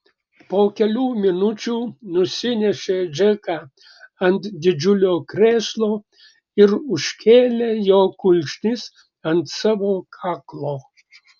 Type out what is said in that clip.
po kelių minučių nusinešė džeką ant didžiulio krėslo ir užkėlė jo kulkšnis ant savo kaklo